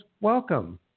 welcome